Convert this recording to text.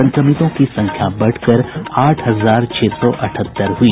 संक्रमितों की संख्या बढ़कर आठ हजार छह सौ अठहत्तर हुई